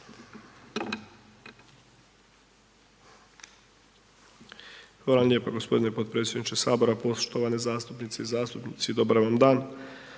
Hvala vam.